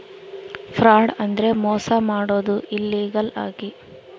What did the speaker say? fraud ಅಂದ್ರೆ ಮೋಸ ಮಾಡೋದು ಇಲ್ಲೀಗಲ್ ಆಗಿ